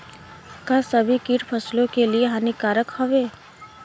का सभी कीट फसलों के लिए हानिकारक हवें?